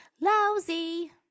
Lousy